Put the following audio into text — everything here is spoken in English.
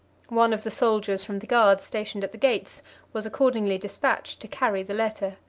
one of the soldiers from the guard stationed at the gates was accordingly dispatched to carry the letter.